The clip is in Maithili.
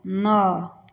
नओ